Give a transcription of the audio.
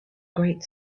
great